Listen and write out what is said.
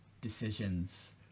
decisions